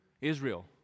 Israel